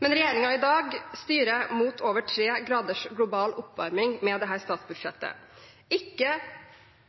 Men regjeringen i dag styrer mot over 3 graders global oppvarming med dette statsbudsjettet.